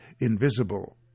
invisible